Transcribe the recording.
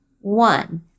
one